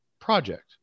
project